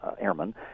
airman